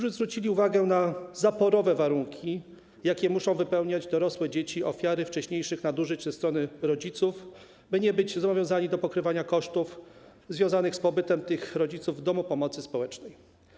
Zwrócili oni uwagę na zaporowe warunki, jakie muszą wypełnić dorosłe dzieci, ofiary wcześniejszych nadużyć ze strony rodziców, by nie były zobowiązane do pokrywania kosztów związanych z pobytem rodziców w domu pomocy społecznej.